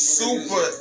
super